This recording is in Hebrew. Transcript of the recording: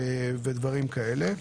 ודברים כאלה.